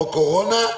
או קורונה,